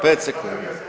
5 sekundi.